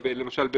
למשל,